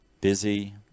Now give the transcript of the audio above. busy